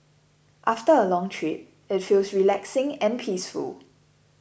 after a long trip it feels relaxing and peaceful